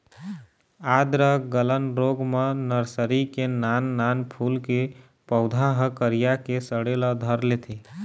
आद्र गलन रोग म नरसरी के नान नान फूल के पउधा ह करिया के सड़े ल धर लेथे